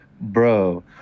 Bro